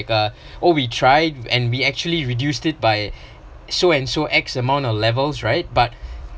uh oh we tried and we actually reduced it by so and so X amount of levels right but